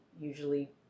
usually